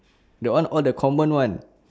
that one all the common one